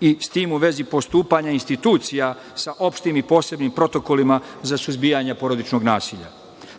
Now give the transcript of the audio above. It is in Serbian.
i s tim u vezi postupanja institucija sa opštim i posebnim protokolima za suzbijanje porodičnog nasilja,